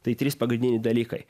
tai trys pagrindiniai dalykai